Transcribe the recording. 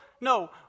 No